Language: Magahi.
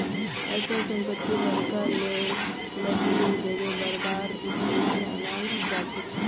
अचल संपत्ति बड़का लेवलत एक जगह बारबार इस्तेमालत अनाल जाछेक